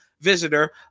Visitor